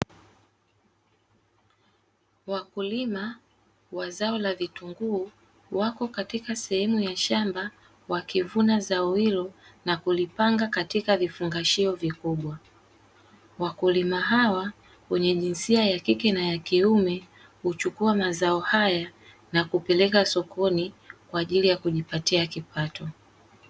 Wakulima wa zao la vitunguu, wapo katika sehemu ya shamba wakivuna zao hilo na kulipanga katika vifungashio vikubwa. Wakulima hawa wenye jinsia ya kike na ya kiume huchukua mazao haya na kupeleka sokoni kwa ajili ya kujipatia kipato.